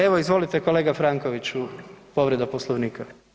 Evo izvolite kolega Frankoviću, povreda Poslovnika.